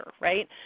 right